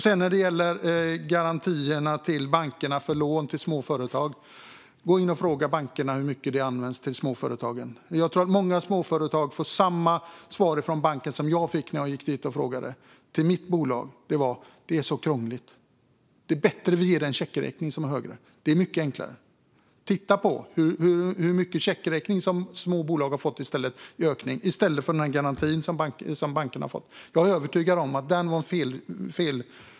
Sedan var det frågan om garantierna till bankerna för lån till småföretag. Fråga bankerna hur mycket de används för småföretagen. Jag tror att många småföretagare får samma svar från banken som jag fick när jag gick dit och frågade om mitt bolag, nämligen att det är så krångligt, att det är bättre att ge en högre checkräkning. Det är mycket enklare. Titta på antalet små bolag som har fått högre checkräkning i stället för att få del av garantin som bankerna har fått. Jag är övertygad om att det var en felsatsning.